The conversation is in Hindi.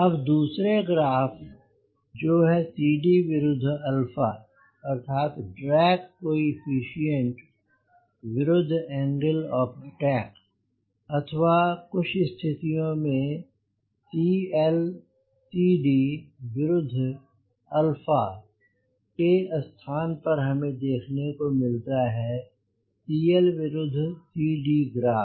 अब दूसरे ग्राफ जो है CD विरुद्ध अर्थात ड्रैग कोफीसिएंट विरुद्ध एंगल ऑफ़ अटैक अथवा कुछ स्थितियों में CL CD विरुद्ध alphaमके स्थान पर हमें देखने को मिलता है CL विरुद्ध CD ग्राफ